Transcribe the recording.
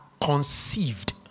conceived